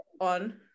on